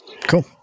Cool